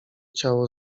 ciało